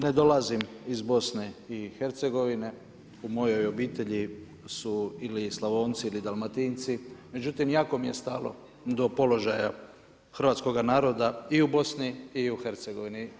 Ne dolazim iz BiH-a, u mojoj obitelji su ili Slavonci ili Dalmatinci, međutim jako mi je stalo do položaja hrvatskoga naroda i u Bosni i u Hercegovini.